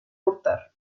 cortar